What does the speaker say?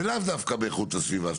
ולאו דווקא בהגנת הסביבה.